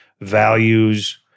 values